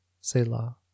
Selah